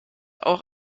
auch